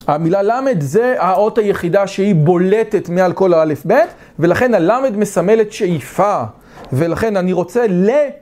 המילה למד זה האות היחידה שהיא בולטת מעל כל האלף ב', ולכן הלמד מסמלת שאיפה, ולכן אני רוצה ל...